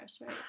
right